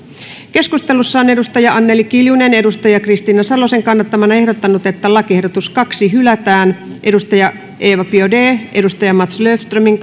keskustelussa on anneli kiljunen kristiina salosen kannattamana ehdottanut että toinen lakiehdotus hylätään eva biaudet on mats löfströmin